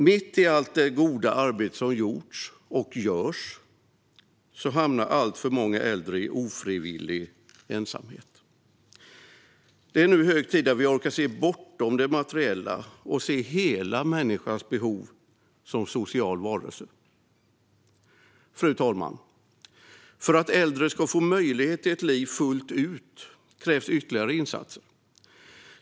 Mitt i allt det goda arbete som gjorts, och görs, hamnar alltför många äldre i ofrivillig ensamhet. Det är nu hög tid att vi orkar se bortom det materiella och ser hela människans behov som social varelse. Fru talman! För att äldre ska få möjlighet till ett liv fullt ut krävs ytterligare insatser.